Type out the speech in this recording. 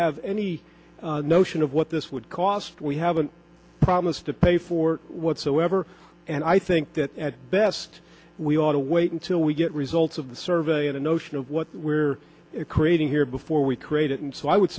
have any notion of what this would cost we have a promise to pay for it whatsoever and i think that at best we ought to wait until we get results of the survey in the notion of what we're creating here before we create it and so i would